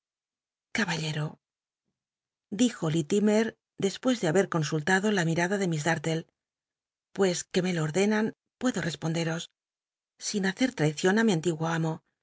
cabaljero dijo liltimer despues de haber consultado la mirada de miss darue pues que me lo ordenan puedo responderos sin hacet ll'aicion á mi antiguo amo